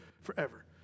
forever